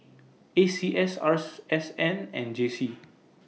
A C S Rs S N and J C